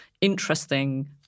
interesting